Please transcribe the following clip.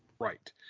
Right